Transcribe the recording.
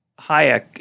Hayek